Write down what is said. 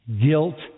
Guilt